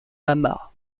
lama